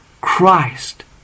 Christ